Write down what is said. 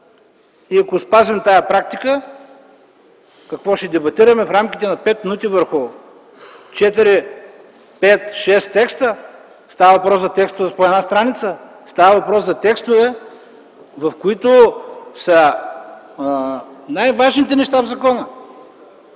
И ако спазим тази практика – какво? Ще дебатираме в рамките на 5 минути върху 4-5 или 6 текста, но става въпрос за текстове от по една страница. Става въпрос за текстове, в които са най-важните неща в закона.